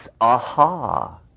aha